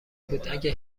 بود، اگه